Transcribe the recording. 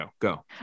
go